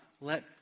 let